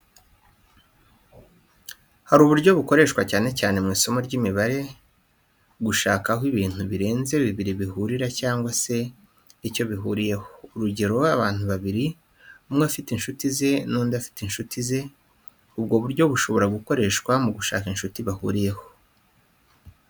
Hari uburyo bukoreshwa cyane cyane mu isomo ry'imibare, gushaka aho ibintu birenze bibiri bihurira cyangwa se icyo bihuriyeho. Urugero, abantu babiri, umwe afite inshuti ze n'undi afite inshuti ze, ubwo buryo bushobora gukoreshwa mu gushaka inshuti bahuriyeho.